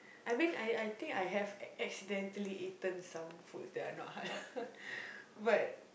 I mean I I I think I have accidentally eaten some foods that are not halal but